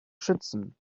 schützen